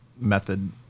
method